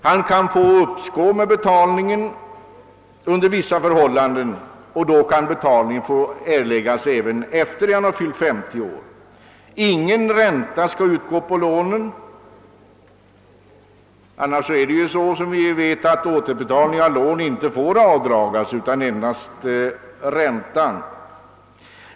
Han kan få uppskov med betalningen under vissa förhållanden, och då kan betalningen få erläggas även efter det att han har fyllt 50 år. Ingen ränta skall utgå på lånet. Annars får ju återbetalning av lån inte avdras utan endast ränta.